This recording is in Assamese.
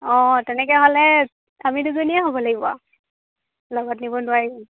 অঁ তেনেকৈ হ'লে আমি দুজনীয়ে হ'ব লাগিব আৰু লগত নিব নোৱাৰিম